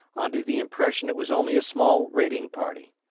under the impression it was only a small raiding party.